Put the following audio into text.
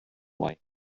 way